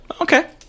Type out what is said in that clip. Okay